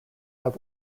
have